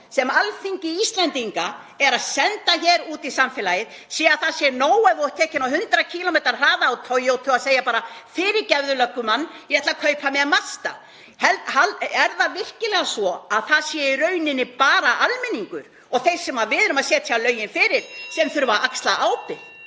sem Alþingi Íslendinga er að senda út í samfélagið séu að það sé nóg ef þú ert tekinn á 100 km hraða á Toyotu, að segja bara: Fyrirgefðu, löggumann, ég ætla að kaupa mér Mazda. Er það virkilega svo að það sé í rauninni bara almenningur og þeir sem við erum að setja lögin fyrir sem þurfa að axla ábyrgð?